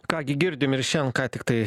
ką gi girdim ir šiandien ką tiktai